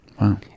Wow